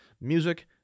music